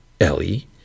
Ellie